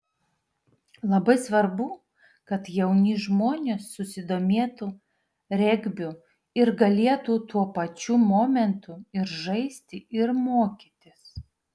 labai svarbu kad jauni žmonės susidomėtų regbiu ir galėtų tuo pačiu momentu ir žaisti ir mokytis